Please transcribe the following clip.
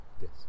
Yes